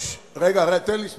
רגע, תן לי שנייה.